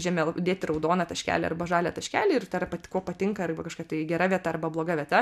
žemėlapy dėti raudoną taškelį arba žalią taškelį ir tarp kuo patinka arba kažkaip tai gera vieta arba bloga vieta